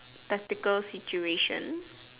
theatrical situation